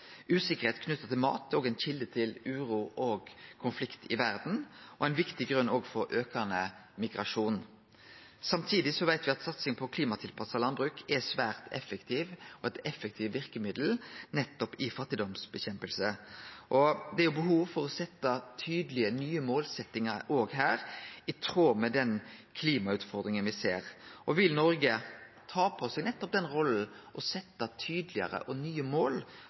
Usikkerheit knytt til mat er òg ei kjelde til uro og konflikt i verda og ein viktig grunn til aukande migrasjon. Samtidig veit me at satsing på klimatilpassa landbruk er svært effektivt, og eit effektivt verkemiddel nettopp i fattigdomsnedkjempinga. Det er behov for å setje tydelege nye målsetjingar òg her i tråd med den klimautfordringa me ser. Vil Noreg ta på seg nettopp den rolla og setje tydelegare og nye mål